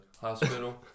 hospital